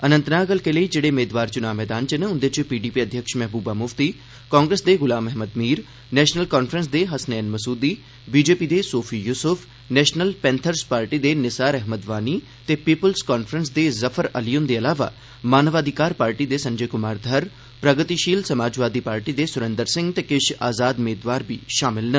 अनंतनाग हलके लेई जेहड़े मेदवार चुनां मैदान च न उंदे च पीडीपी अध्यक्ष महबूबा मुफ्ती कांग्रेस दे गुलाम अहमद मीर नेशनल कांफ्रेंस दे हसनैन मसूदी बीजेपी दे Sofi Yusuf national panthers party दे निसार अहमद वानी ते पीपुल्स कांफ्रेंस दे जफर अली हुंदे अलावा मानव अधिकार पार्टी दे संजय कुमार धर प्रगतिशील समाजवादी पार्टी दे सुरिंदर सिंह ते किश आजाद मेदवार बी शामिल न